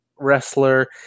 wrestler